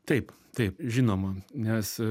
taip taip žinoma nes